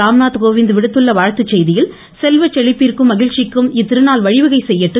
ராம்நாத் கோவிந்த் விடுத்துள்ள வாழ்த்து செய்தியில் செல்வச் செழிப்பிற்கும் மகிழ்ச்சிக்கும் இத்திருநாள் வழிவகை செய்யும் என்றார்